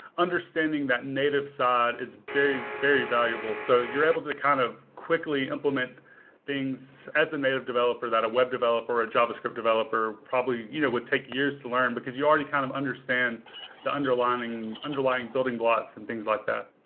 understanding that native side is very very valuable. so you're able to kind of quickly implement things as a native developer that a web developer or a javascript developer probably you know would take years to learn, because you already kind of understand the underlying underlying building blocks and things like that.